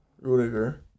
Rudiger